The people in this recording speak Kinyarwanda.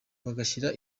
bagashyira